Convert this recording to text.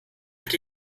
hat